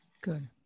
Good